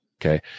Okay